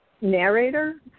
narrator